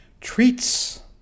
treats